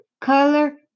color